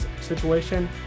situation